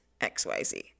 XYZ